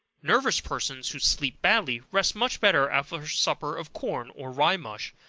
nervous persons who sleep badly, rest much better after a supper of corn, or rye mush,